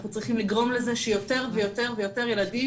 אנחנו צריכים לגרום לזה שיותר ויותר ילדים